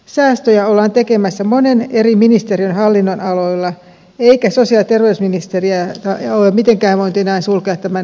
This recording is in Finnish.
säästöjä ollaan tekemässä monen eri ministeriön hallinnonaloilla eikä sosiaali ja terveysministeriötä ole mitenkään voinut enää sulkea tämän ulkopuolelle